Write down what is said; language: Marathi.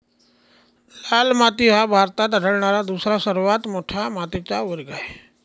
लाल माती हा भारतात आढळणारा दुसरा सर्वात मोठा मातीचा वर्ग आहे